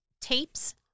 tapes